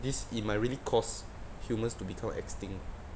this it might really cause humans to become extinct